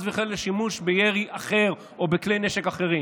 וחלילה שימוש בירי אחר או בכלי נשק אחרים.